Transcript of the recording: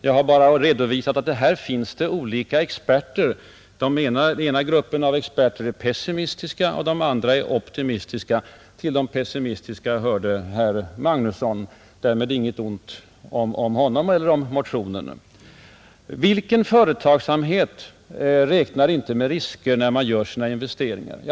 Jag har bara redovisat att här finns olika experter, Den ena gruppen av experter är pessimistisk och den andra är optimistisk, Till de pessimistiska hörde herr Magnusson, men därmed inget ont sagt om honom eller om motionen. Vilken företagsamhet räknar inte med risker när man gör sina investeringar?